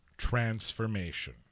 transformation